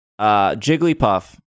Jigglypuff